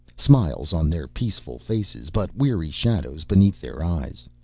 smiles on their peaceful faces but weary shadows beneath their eyes.